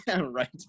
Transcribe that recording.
Right